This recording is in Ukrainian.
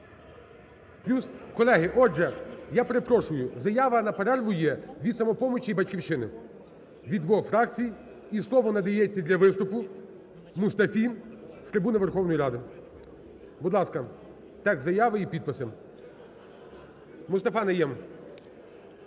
Колеги, отже, я перепрошую, заява на перерву є від "Самопомочі" і "Батьківщини", від двох фракцій. І слово надається для виступу Мустафі з трибуни Верховної Ради. Будь ласка, текст заяви і підписи. Мустафа Найєм.